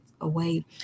away